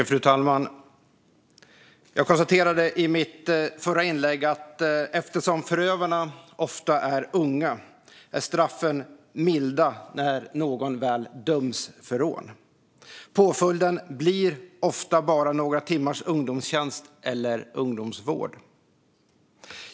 Fru talman! Jag konstaterade i mitt förra inlägg att eftersom förövarna ofta är unga är straffen milda när någon väl döms för rån. Påföljden blir ofta bara några timmars ungdomstjänst eller ungdomsvård.